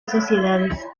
sociedades